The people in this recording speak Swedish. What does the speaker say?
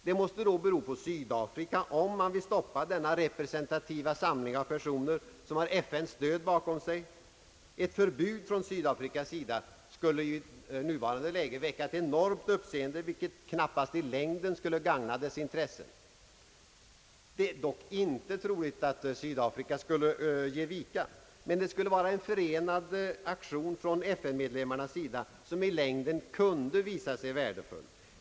Det måste då bero på Sydafrika om man vill stoppa denna representativa samling av personer, som har FN bakom sig. Ett förbud från Sydafrika skul le givetvis i nuvarande läge väcka ett enormt uppseende, vilket i längden knappast skulle gagna dess intressen. Det är dock inte troligt att Sydafrika skulle ge vika. Men det skulle vara en förenad aktion från FN-medlemmarna, som i längden kunde visa sig värdefull.